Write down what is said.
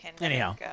Anyhow